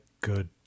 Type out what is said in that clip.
good